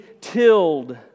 tilled